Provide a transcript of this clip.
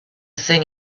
thing